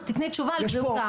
אז תתני תשובה על בריאות העם.